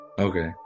Okay